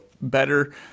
better